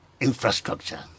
infrastructure